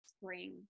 Spring